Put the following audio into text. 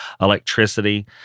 electricity